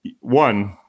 one